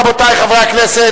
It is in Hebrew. רבותי חברי הכנסת,